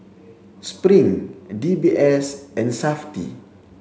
Spring and D B S and SAFTI